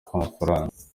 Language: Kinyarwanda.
k’amafaranga